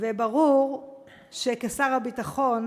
וברור שכשר הביטחון